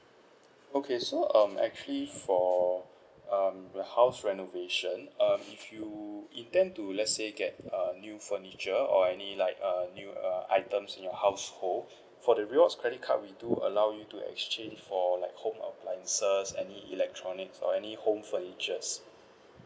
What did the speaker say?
okay so um actually for um the house renovation err if you intend to let's say get a new furniture or any like a new err items in your household for the rewards credit card we do allow you to exchange for like home appliances any electronics or any home furnitures